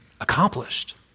accomplished